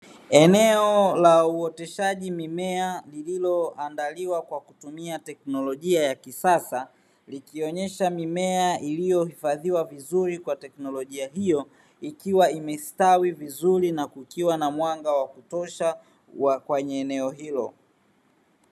Eneo la uoteshaji mimea lililoandaliwa kwa kutumia teknolojia ya kisasa likionyesha mimea iliyohifadhiwa vizuri kwa teknolojia hiyo, ikiwa imestawi vizuri na kukiwa na mwanga wakutosha kwenye eneo hilo.